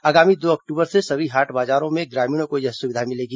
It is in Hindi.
आगामी दो अक्टूबर से सभी हाट बाजारों में ग्रामीणों को यह सुविधा मिलेगी